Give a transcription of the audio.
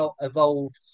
evolved